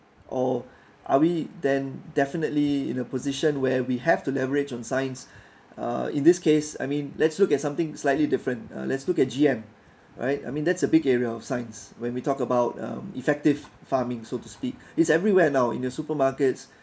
or are we then definitely in a position where we have to leverage on science uh in this case I mean let's look at something slightly different uh let's look at G_M right I mean that's a big area of science when we talk um about effective farming so to speak it's everywhere now in the supermarkets